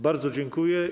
Bardzo dziękuję.